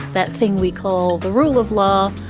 that thing we call the rule of law.